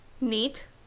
Neat